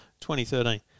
2013